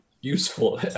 useful